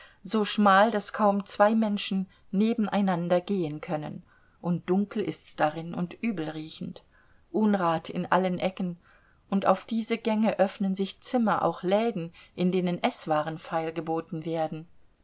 so schmal daß kaum zwei menschen nebeneinander gehen können und dunkel ist's darin und übelriechend unrat in allen ecken und auf diese gänge öffnen sich zimmer auch läden in denen eßwaren feilgeboten werden